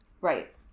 Right